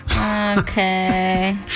Okay